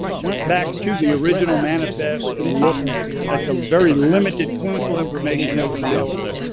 went back to the original manifest and looked at the very limited clinical information that was available.